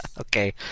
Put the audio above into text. Okay